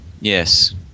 Yes